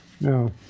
No